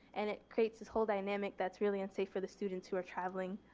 and it creates this whole dynamic that's really unsafe for the students who are traveling.